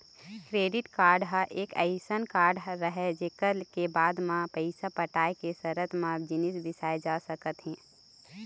credit card ह एक अइसन कारड हरय जेखर ले बाद म पइसा पटाय के सरत म जिनिस बिसाए जा सकत हे